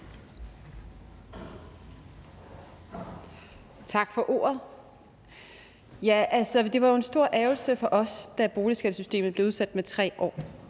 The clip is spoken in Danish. Tak for ordet. Det var jo en stor ærgrelse for os, da boligskattesystemet blev udsat med 3 år.